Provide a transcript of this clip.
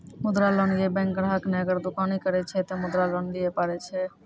मुद्रा लोन ये बैंक ग्राहक ने अगर दुकानी करे छै ते मुद्रा लोन लिए पारे छेयै?